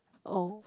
oh